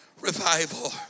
revival